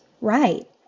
right